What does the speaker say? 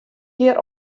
hjir